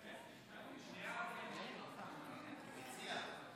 אין לה, והוא מוגבל?